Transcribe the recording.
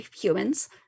humans